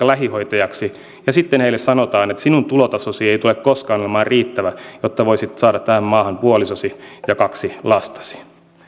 lähihoitajaksi ja joille sitten sanotaan että sinun tulotasosi ei tule koskaan olemaan riittävä jotta voisit saada tähän maahan puolisosi ja kaksi lastasi